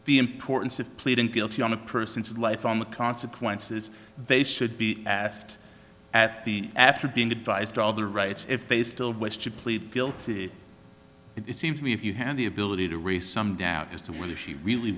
the importance of pleading guilty on a person's life on the consequences they should be asked at the after being advised all their rights if they still west to plead guilty it seems to me if you have the ability to raise some doubt as to whether she really